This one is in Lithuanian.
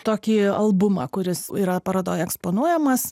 tokį albumą kuris yra parodoj eksponuojamas